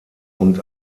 und